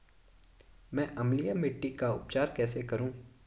मैं अम्लीय मिट्टी का उपचार कैसे करूं?